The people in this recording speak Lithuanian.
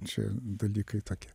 čia dalykai tokie